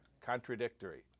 contradictory